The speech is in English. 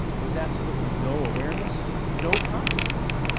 there's absolutely no awareness, no consciousness,